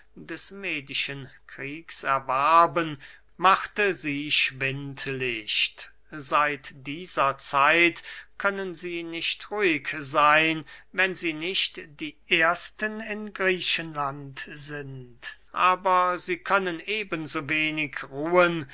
des medischen kriegs erwarben machte sie schwindlicht seit dieser zeit können sie nicht ruhig seyn wenn sie nicht die ersten in griechenland sind aber sie können eben so wenig ruhen